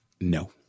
No